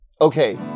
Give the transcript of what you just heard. Okay